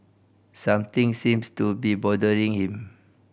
something seems to be bothering him